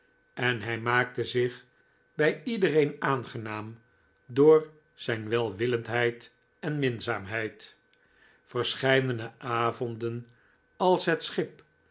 en hij maakte zich bij iedereen aangenaam door zijn welwillendheid en minzaamheid verscheidene avonden als het schip